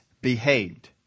behaved